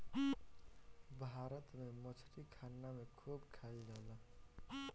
भारत में मछरी खाना में खूब खाएल जाला